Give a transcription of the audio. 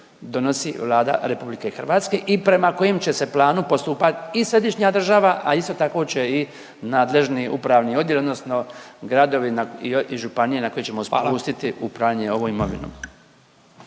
donosi Vlade RH i prema kojim će se planu postupat i središnja država, a isto tako će i nadležni upravni odjel odnosno gradovi i županije na koje ćemo …/Upadica Radin: